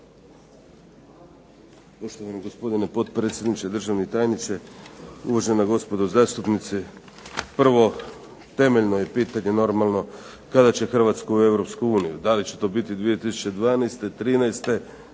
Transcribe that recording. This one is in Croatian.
gospodine potpredsjedniče, državni tajniče, uvažena gospodo zastupnici. Prvo, temeljno je pitanje normalno kada će Hrvatska u EU? Da li će to biti 2012., 2013.?